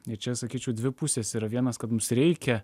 ir čia sakyčiau dvi pusės yra vienas kad mums reikia